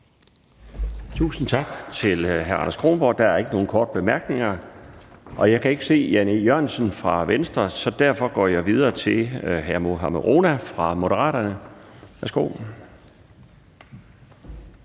Tusind tak til hr. Anders Kronborg. Der er ikke nogen korte bemærkninger. Jeg kan ikke se hr. Jan E. Jørgensen fra Venstre, så derfor går jeg videre til hr. Mohammad Rona fra Moderaterne. Værsgo.